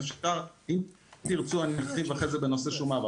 אם תרצו אני אוסיף אחרי זה בנושא שומה.